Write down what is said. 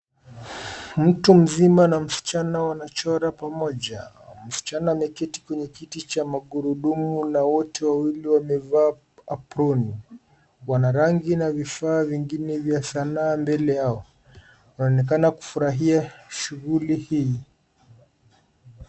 Mtu mzima na msichana wanachora pamoja. Msichana ameketi kwenye kiti cha magurudumu na wote wawili wamevaa aproni . Wana rangi na vifaa vingine vya sanaa mbele yao. Wanaonekana kufurahia shughuli hii .